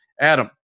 Adam